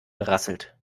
gerasselt